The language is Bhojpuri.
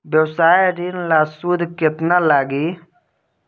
व्यवसाय ऋण ला सूद केतना लागी?